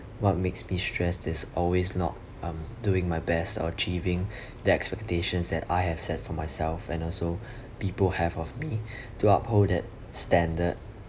what makes me stress is always not um doing my best or achieving the expectations that I have set for myself and also people have of me to uphold that standard